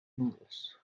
nudos